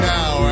Now